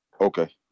Okay